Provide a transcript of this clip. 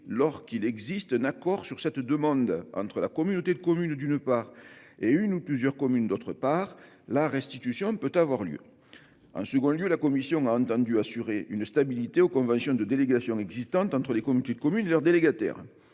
lors qu'il existe un accord sur cette demande entre, d'une part, la communauté de communes, d'autre part, une ou plusieurs communes, la restitution peut être opérée. En deuxième lieu, la commission a entendu assurer une stabilité aux conventions de délégation existantes entre les communautés de communes et leurs délégataires.